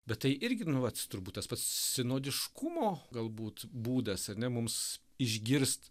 bet tai irgi nu vat turbūt tas pats sinudiškumo galbūt būdas ar ne mums išgirst